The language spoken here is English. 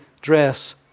dress